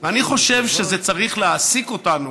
אני חושב שזה צריך להעסיק אותנו.